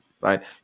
right